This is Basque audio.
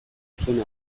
zuen